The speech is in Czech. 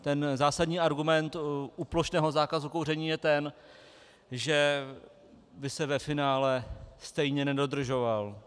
Ten zásadní argument u plošného zákazu kouření je ten, že by se ve finále stejně nedodržoval.